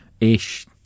Ish